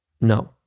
No